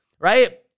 right